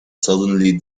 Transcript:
suddenly